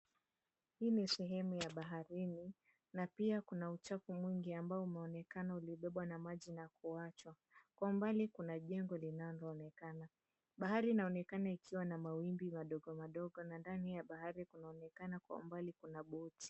Hii ni sehemu ya baharini na pia kuna uchafu mwingi ambao umeonekana ulibebwa na maji na kuwachwa. Kwa mbali kuna jengo linaloonekana. Bahari inaonekana ikiwa na mawimbi madogo madogo na ndani ya bahari kunaonekana kwa mbali kuna boti.